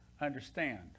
understand